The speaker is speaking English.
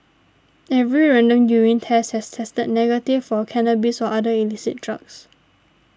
every random urine test has tested negative for cannabis or other illicit drugs